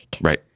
Right